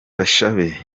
bashabe